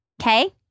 Okay